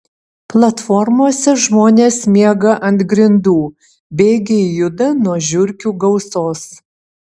platformose žmonės miega ant grindų bėgiai juda nuo žiurkių gausos